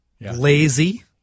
Lazy